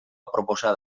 aproposa